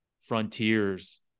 frontiers